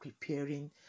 preparing